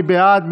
מי בעד?